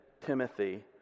Timothy